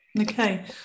Okay